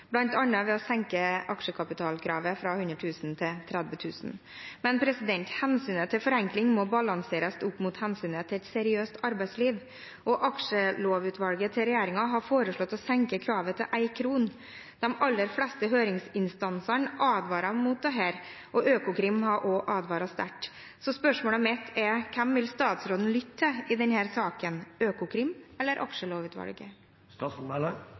ved å senke aksjekapitalkravet fra 100 000 til 30 000 kr. Men hensynet til forenkling må balanseres opp mot hensynet til et seriøst arbeidsliv, og Aksjelovutvalget til regjeringen har foreslått å senke kravet til 1 kr. De aller fleste høringsinstansene advarer mot dette, og Økokrim har også advart sterkt. Spørsmålet mitt er: Hvem vil statsråden lytte til i denne saken – Økokrim eller